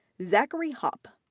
zachary hupp,